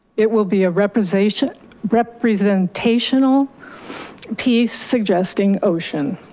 it will be a representational representational piece suggesting ocean.